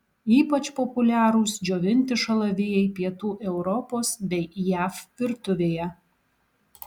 ypač populiarūs džiovinti šalavijai pietų europos bei jav virtuvėje